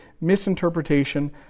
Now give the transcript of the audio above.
misinterpretation